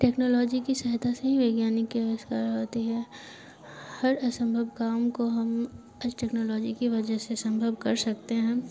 technology की सहायता से ही वैज्ञानिक की अविष्कार होती है हर असंभव काम को हम आज टेक्नोलॉजी की वजह से संभव कर सकते हैं